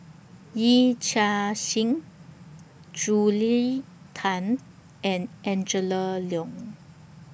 Yee Chia Hsing Julia Tan and Angela Liong